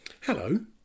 Hello